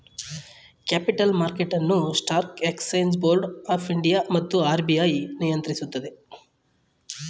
capital market ಅನ್ನು stock exchange board of India ಮತ್ತು RBI ನಿಯಂತ್ರಿಸುತ್ತದೆ